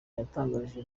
yatangarije